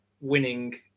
winning